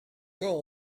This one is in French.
quand